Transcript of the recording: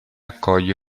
accoglie